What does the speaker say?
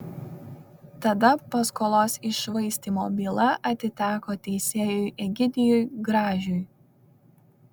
tada paskolos iššvaistymo byla atiteko teisėjui egidijui gražiui